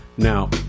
Now